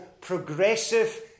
progressive